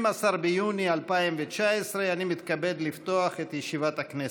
ביוני 2019. אני מתכבד לפתוח את ישיבת הכנסת.